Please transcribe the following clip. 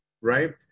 Right